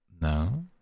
No